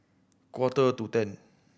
quarter to ten